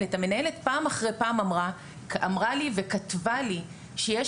המנהלת פעם אחרי פעם אמרה וכתבה לי שיש